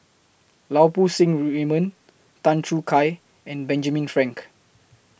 Lau Poo Seng Raymond Tan Choo Kai and Benjamin Frank